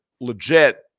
legit